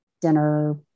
dinner